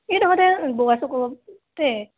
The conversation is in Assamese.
এইডোখৰতে বৰুৱা চুকতে